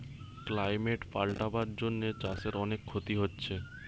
climate পাল্টাবার জন্যে চাষের অনেক ক্ষতি হচ্ছে